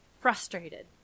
frustrated